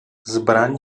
zbraň